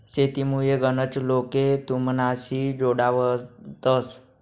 शेतीमुये गनच लोके तुमनाशी जोडावतंस